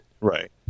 right